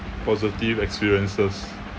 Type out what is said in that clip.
positive experiences